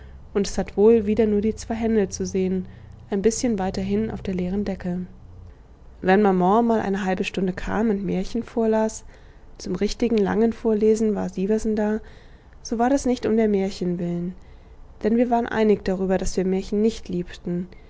und es tat wohl wieder nur die zwei hände zu sehen ein bißchen weiter hin auf der leeren decke wenn maman mal eine halbe stunde kam und märchen vorlas zum richtigen langen vorlesen war sieversen da so war das nicht um der märchen willen denn wir waren einig darüber daß wir märchen nicht liebten